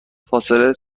فاصله